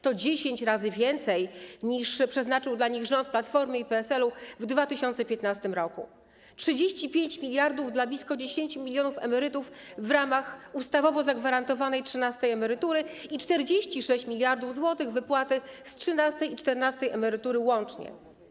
To 10 razy więcej, niż przeznaczył dla nich rząd Platformy i PSL-u w 2015 r. 35 mld dla blisko 10 mln emerytów w ramach ustawowo zagwarantowanej trzynastej emerytury i 46 mld zł wypłaty z trzynastej i czternastej emerytury łącznie.